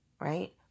right